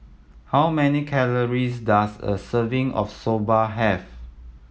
how many calories does a serving of Soba have